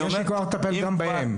יש לי כוח לטפל גם בהם.